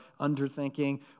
underthinking